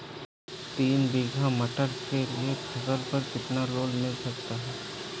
तीन बीघा मटर के लिए फसल पर कितना लोन मिल सकता है?